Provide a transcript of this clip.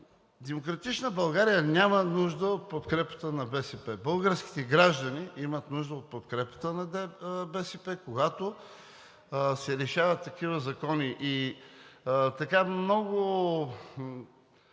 „Демократична България“ няма нужда от подкрепата на БСП. Българските граждани имат нужда от подкрепата на БСП, когато се решават такива закони. Много